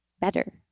better